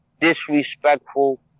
disrespectful